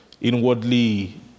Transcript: inwardly